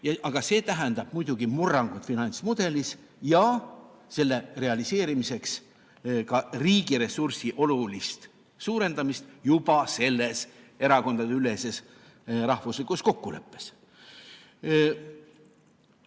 – see tähendab muidugi murrangut finantsmudelis – selle realiseerimiseks ka riigi ressursi olulist suurendamist juba selles erakondadeüleses rahvuslikus kokkuleppes. Tasuline